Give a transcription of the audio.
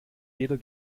weder